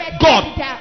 God